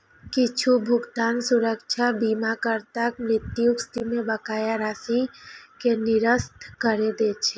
किछु भुगतान सुरक्षा बीमाकर्ताक मृत्युक स्थिति मे बकाया राशि कें निरस्त करै दै छै